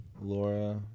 Laura